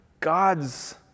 god's